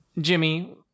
Jimmy